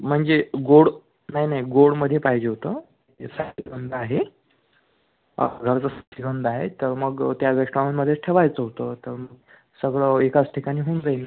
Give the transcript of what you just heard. म्हणजे गोड नाही नाही गोडमध्ये पाहिजे होतं नाही तर मग त्या रेस्टॉरंटमध्ये ठेवायचं होतं तर सगळं एकाच ठिकाणी होऊन जाईल